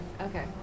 Okay